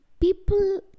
people